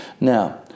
Now